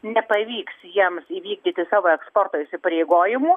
nepavyks jiems įvykdyti savo eksporto įsipareigojimų